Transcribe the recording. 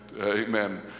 amen